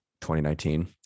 2019